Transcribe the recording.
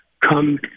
come